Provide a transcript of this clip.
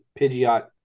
Pidgeot